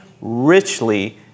richly